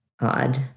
odd